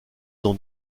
dont